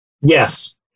Yes